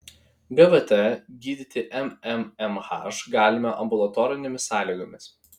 gvt gydyti mmmh galima ambulatorinėmis sąlygomis